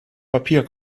papier